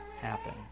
happen